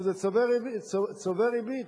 וזה צובר ריבית,